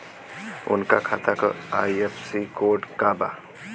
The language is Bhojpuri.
उनका खाता का आई.एफ.एस.सी कोड का बा?